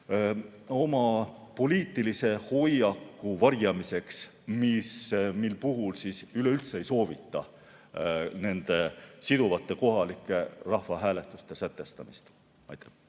oma poliitilise hoiaku varjamiseks, et üleüldse ei soovita nende siduvate kohalike rahvahääletuste sätestamist. Aitäh!